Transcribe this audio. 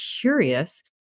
curious